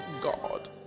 God